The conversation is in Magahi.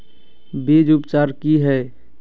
बीज उपचार कि हैय?